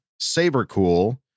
Sabercool